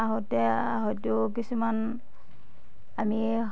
আহোঁতে হয়তু কিছুমান আমি